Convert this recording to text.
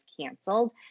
canceled